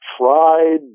tried